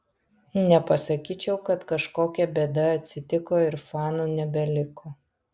nepasakyčiau kad kažkokia bėda atsitiko ir fanų nebeliko